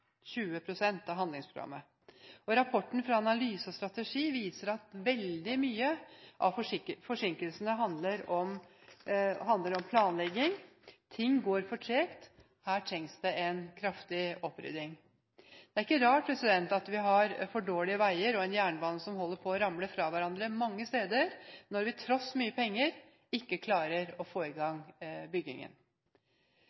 av handlingsprogrammet. Rapporten fra Analyse & Strategi viser at veldig mye av forsinkelsene handler om planlegging. Ting går for tregt. Her trengs det en kraftig opprydding. Det er ikke rart at vi har for dårlige veier og en jernbane som holder på å ramle fra hverandre mange steder, når vi tross mye penger, ikke klarer å få i